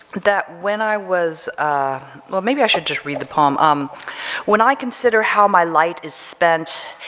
that when i was well maybe i should just read the poem um when i consider how my light is spent,